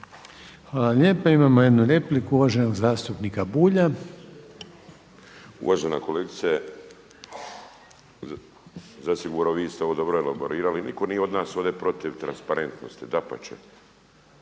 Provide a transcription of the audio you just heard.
Hvala lijepo. Imamo jednu repliku uvaženog zastupnika Bulja. **Bulj, Miro (MOST)** Uvažena kolegice, zasigurno vi ste ovo dobro elaborirali. Nitko nije od nas ovdje protiv transparentnosti, dapače.